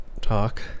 talk